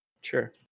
Sure